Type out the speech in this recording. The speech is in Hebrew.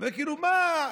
וכאילו מה,